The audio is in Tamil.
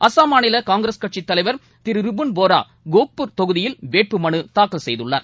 அசாம் மாநில காங்கிரஸ் கட்சி தலைவர் திரு ரிபுன் போரா கோப்பூர் தொகுதியில் வேட்பு மனு தாக்கல் செய்துள்ளார்